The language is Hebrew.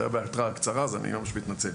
זה היה בהתראה קצרה אז אני ממש מתנצל.